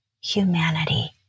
humanity